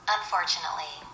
Unfortunately